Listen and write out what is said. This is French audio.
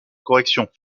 correction